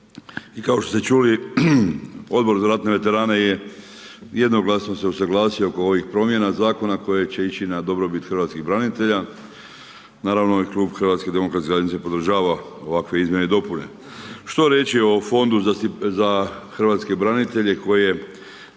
I kao što ste čuli, Odbor za ratne veterane je jednoglasno se usuglasio oko ovih promjena Zakona koje će ići na dobrobit hrvatskih branitelja. Naravno i Klub HDZ-a podržava ovakve izmjene i dopune. Što reći o Fondu za hrvatske branitelje koji